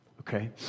Okay